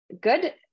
good